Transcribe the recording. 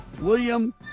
William